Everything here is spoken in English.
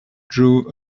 drew